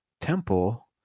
temple